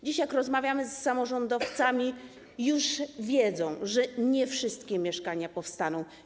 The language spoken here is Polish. Dziś jak rozmawiamy z samorządowcami, to już wiedzą, że nie wszystkie mieszkania powstaną.